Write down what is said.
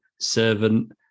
Servant